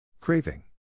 Craving